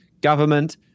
government